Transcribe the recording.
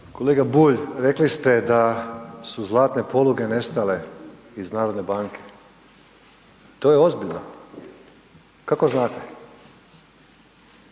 Kolega Bulj, rekli ste da su zlatne poluge nestale iz narodne banke, to je ozbiljno, kako znate,